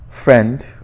Friend